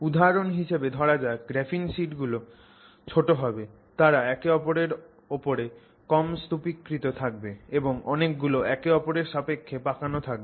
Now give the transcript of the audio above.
উদাহরণ হিসেবে ধরা যাক গ্রাফিন শিট গুলো ছোট হবে তারা একে ওপরের ওপরে কম স্তুপীকৃত থাকবে এবং অনেক গুলো একে ওপরের সাপেক্ষে পাকানো থাকবে